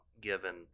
given